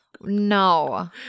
no